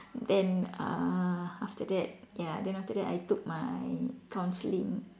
then uh after that ya then after that I took my counselling